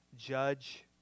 judge